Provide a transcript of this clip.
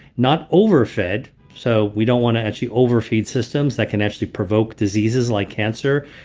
not overfed so we don't want to actually overfeed systems. that can actually provoke diseases like cancer.